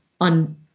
on